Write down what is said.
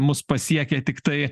mus pasiekia tiktai